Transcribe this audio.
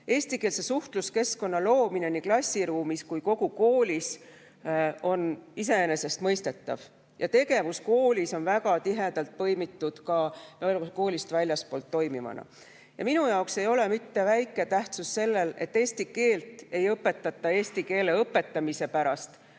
Eestikeelse suhtluskeskkonna loomine nii klassiruumis kui kogu koolis on iseenesestmõistetav ja tegevus koolis on väga tihedalt põimitud ka koolist väljaspool toimivaga. Ja minu jaoks ei ole mitte väike tähtsus sellel, et eesti keelt ei õpetata eesti keele õpetamise pärast,